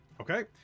Okay